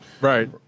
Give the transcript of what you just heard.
Right